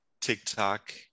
TikTok